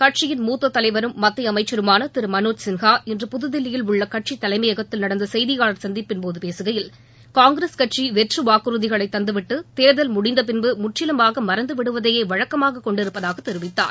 கட்சியின் மூத்த தலைவரும் மத்திய அமைச்சருமான திரு மனோஜ் சின்ஹா இன்று புதுதில்லியில் உள்ள கட்சி தலைமையகத்தில் நடந்த செய்தியாளர் சந்திப்பின்போது பேசுகையில் காங்கிரஸ் கட்சி வெற்று வாக்குறதிகளை தந்துவிட்டு தேர்தல் முடிந்த பின்பு முற்றிலுமாக மறந்து விடுவதையே வழக்கமாக கொண்டிருப்பதாக தெரிவித்தார்